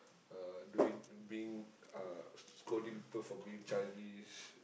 uh doing being uh scolding people for being childish